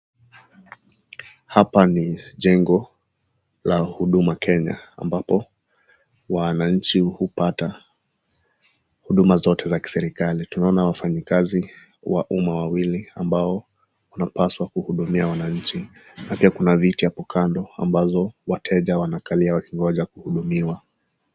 Hapa ni jengo la huduma kenya ambapo wananchi hupata huduma zote za kiserekali tunaona wafanyakazi wa umma wawili ambao wanapaswa kuhudumia wananchi na pia kuna viti hapo kando ambazo wateja wanakalia wakigonja kuhudumiwa.